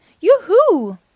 Yoo-hoo